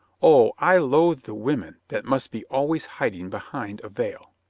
oh, i loathe the women that must be always hiding behind a veil.